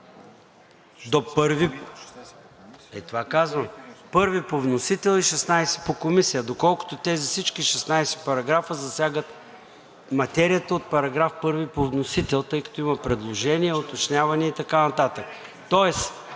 Желязков.) Това казвам –§ 1 по вносител и § 16 по Комисия. Доколкото тези всички 16 параграфа засягат материята от § 1 по вносител, тъй като има предложения, уточнявания и така нататък. Тоест